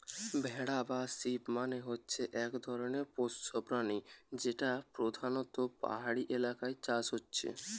ভেড়া বা শিপ মানে হচ্ছে এক ধরণের পোষ্য প্রাণী যেটা পোধানত পাহাড়ি এলাকায় চাষ হচ্ছে